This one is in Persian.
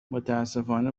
متاسفانه